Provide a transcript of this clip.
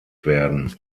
werden